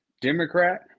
democrat